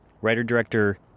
Writer-director